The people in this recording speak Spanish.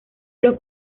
los